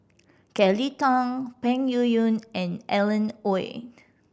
Kelly Tang Peng Yuyun and Alan Oei